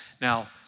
Now